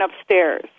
upstairs